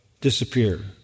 disappear